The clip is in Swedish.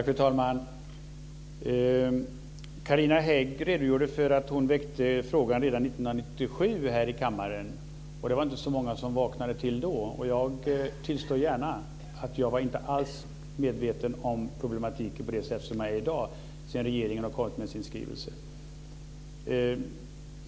Fru talman! Carina Hägg redogjorde för att hon redan år 1997 väckte frågan här i kammaren och att det inte var så många som då vaknade till. Jag tillstår gärna att jag då inte alls var medveten om problematiken på samma sätt som jag är i dag sedan regeringen har kommit med sin skrivelse.